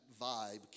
vibe